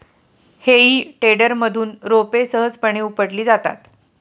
हेई टेडरमधून रोपे सहजपणे उपटली जातात